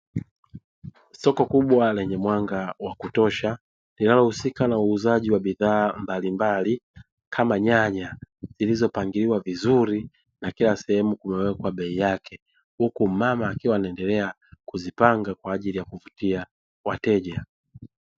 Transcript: Soko kubwa lenye mwanga wa kutosha linalohusika na uuzaji wa bidhaa mbalimbali kama nyanya. Zilizopangiliwa vizuri na kila sehemu kumewekwa bei yake, huku mama akiwa anaendelea kuzipanga kwa ajili ya kupitia wateja.